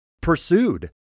pursued